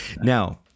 now